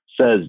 says